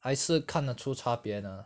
还是看得出差别呢